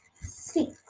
six